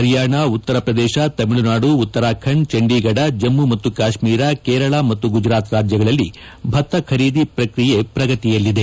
ಹರಿಯಾಣ ಉತ್ತರ ಪ್ರದೇಶ ತಮಿಳುನಾಡು ಉತ್ತರಾಖಂಡ ಚಂಡೀಗಢ ಜಮ್ನು ಮತ್ತು ಕಾತ್ಗೀರ ಕೇರಳ ಮತ್ತು ಗುಜರಾತ್ ರಾಜ್ಯಗಳಲ್ಲಿ ಭತ್ತ ಖರೀದಿ ಪ್ರಕ್ರಿಯೆ ಪ್ರಗತಿಯಲ್ಲಿದೆ